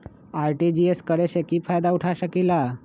RTGS करे से की फायदा उठा सकीला?